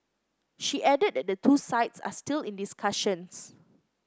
she added that the two sides are still in discussions